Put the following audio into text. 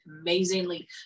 amazingly